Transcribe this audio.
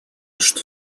что